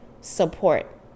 support